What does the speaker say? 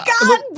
God